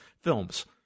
films